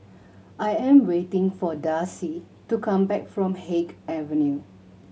I am waiting for Darci to come back from Haig Avenue